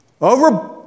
over